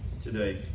today